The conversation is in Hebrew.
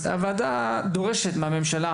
הוועדה דורשת מהממשלה